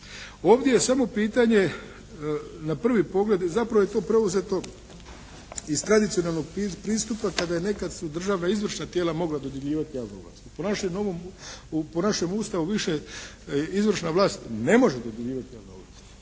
Ovdje je samo pitanje na prvi pogled i zapravo je to preuzeto iz tradicionalnog pristupa kada je nekad su državna izvršna tijela mogla dodjeljivati javne ovlasti. Po našem novom, po našem Ustavu više izvršna vlast ne može dodjeljivati javne ovlasti.